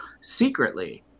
secretly